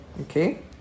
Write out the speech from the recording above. Okay